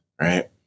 right